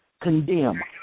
condemn